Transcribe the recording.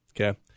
Okay